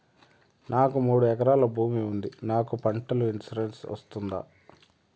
నాకు మూడు ఎకరాలు భూమి ఉంది నాకు పంటల ఇన్సూరెన్సు వస్తుందా?